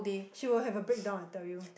she will have a breakdown I tell you